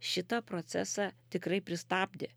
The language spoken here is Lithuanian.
šitą procesą tikrai pristabdė